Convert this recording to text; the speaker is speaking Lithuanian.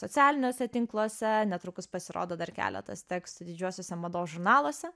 socialiniuose tinkluose netrukus pasirodo dar keletas tekstų didžiuosiuose mados žurnaluose